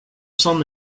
son